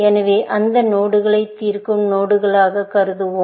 எனவே அந்த நோடுகளை தீர்க்கும் நோடுகளாக கருதுவோம்